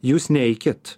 jūs neikit